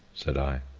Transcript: said i.